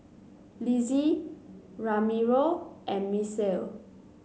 Lissie Ramiro and Misael